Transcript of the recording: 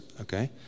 okay